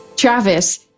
Travis